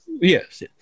Yes